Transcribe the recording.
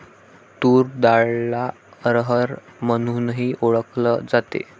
तूर डाळला अरहर म्हणूनही ओळखल जाते